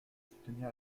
soutenir